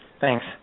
Thanks